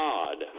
God